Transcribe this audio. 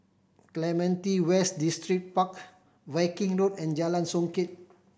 Clementi West Distripark Viking Road and Jalan Songket